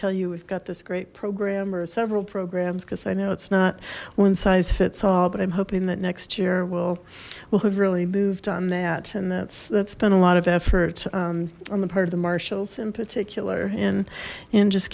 tell you we've got this great program or several programs because i know it's not one size fits all but i'm hoping that next year we'll we'll have really moved on that and that's that's been a lot of effort on the part of the marshals in particular and and just